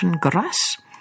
grass